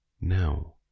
now